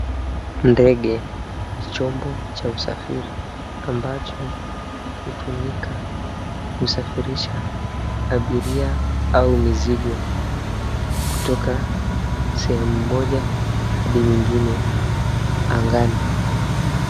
Ndege, chombo cha usafiri ambacho hutumika kusafirisha abiria au mizigo kutoka sehemu moja hadi nyingine angani.